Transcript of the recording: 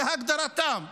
כהגדרתם.